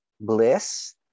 bliss